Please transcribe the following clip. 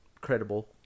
credible